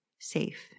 safe